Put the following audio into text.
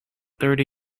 thirty